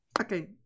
Okay